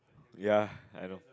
ya I know